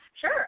Sure